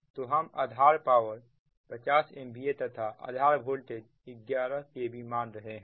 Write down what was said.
तो हम आधार पावर 50 MVA तथा आधार वोल्टेज 11 kv मान रहे हैं